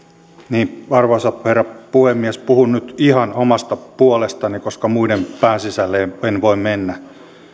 arvoisa herra puhemies puhun nyt ihan omasta puolestani koska muiden pään sisälle en en voi mennä